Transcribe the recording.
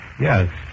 Yes